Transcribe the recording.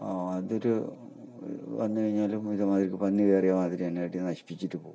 അതൊരു വന്നുകഴിഞ്ഞാലും ഇത് മാതിരി പന്നി കയറിയ മാതിരി തന്നെ ചവിട്ടി നശിപ്പിച്ചിട്ട് പോകും